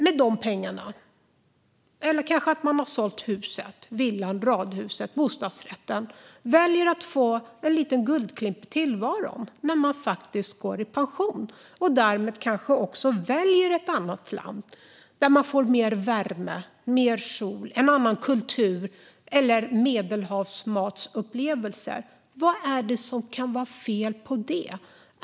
Med de pengarna, eller att man har sålt huset, villan, radhuset, bostadsrätten, väljer man att få lite guldkant på tillvaron när man har gått i pension. Därmed kanske man väljer ett annat land med mer värme, mer sol, en annan kultur eller Medelhavsmat. Vad är det som kan vara fel på det?